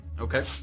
okay